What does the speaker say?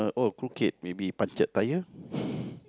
but oh crooked maybe punctured tyre